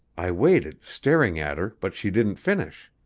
i waited, staring at her, but she didn't finish.